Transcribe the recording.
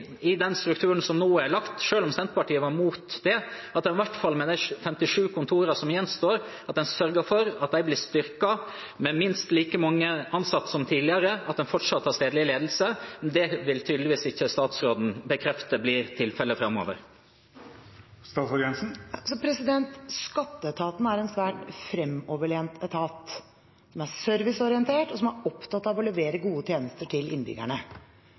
den strukturen som nå er lagt, selv om Senterpartiet var mot det, at en sørger for at i hvert fall de 57 kontorene som gjenstår, blir styrket og har minst like mange ansatte som tidligere, at en fortsatt har stedlig ledelse. Det vil tydeligvis ikke statsråden bekrefte blir tilfellet framover. Skatteetaten er en svært fremoverlent etat. Den er serviceorientert og opptatt av å levere gode tjenester til innbyggerne.